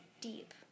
deep